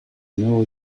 nuevo